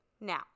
Now